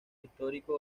histórico